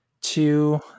Two